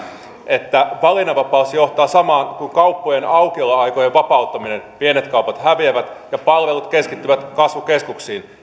että valinnanvapaus johtaa samaan kuin kauppojen aukioloaikojen vapauttaminen pienet kaupat häviävät ja palvelut keskittyvät kasvukeskuksiin